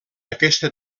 aquesta